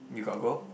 you got go